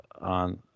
on